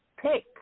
pick